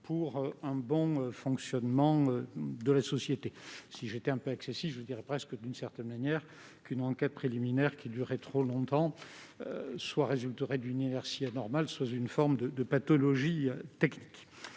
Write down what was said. pour le bon fonctionnement de la société. Si j'étais un peu excessif, je dirais qu'une enquête préliminaire qui durerait trop longtemps résulterait soit d'une inertie anormale soit d'une forme de pathologie technique.